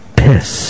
piss